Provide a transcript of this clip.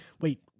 Wait